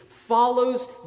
follows